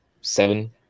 seven